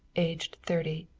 aged thirty.